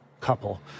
couple